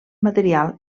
material